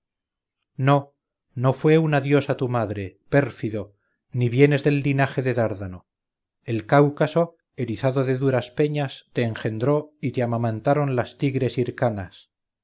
no no fue una diosa tu madre pérfido ni vienes del linaje de dárdano el cáucaso erizado de duras peñas te engendró y te amamantaron las tigres hircanas